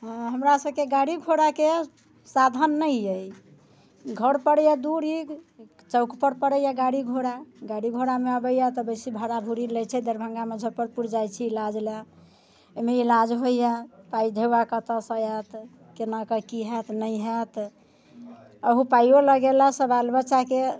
हँ हमरा सबके गाड़ी घोड़ाके साधन नहि अइ घर पड़ैय दूरी चौकपर पड़ैये गाड़ी घोड़ा गाड़ी घोड़ामे अबैये तऽ बेसी भाड़ा भूड़ी लै छै दरभंगा मुजफ्फरपुर जाइ छी इलाज लए अइमे इलाज होइए पाइ ढ़ौआ कतऽसँ एत केनाके की हैत नहि हैत अहु पाइओ लगेलासँ बाल बच्चाके